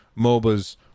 MOBAs